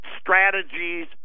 strategies